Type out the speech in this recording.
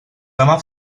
demà